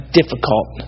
difficult